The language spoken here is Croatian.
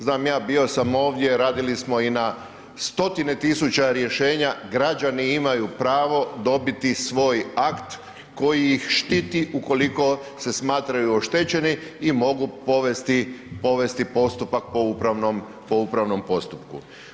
Znam ja, bio sam ovdje, radili smo i na stotine tisuća rješenja, građani imaju pravo dobiti svoj akt koji ih štiti ukoliko se smatraju oštećeni i mogu povesti postupak po upravnom postupku.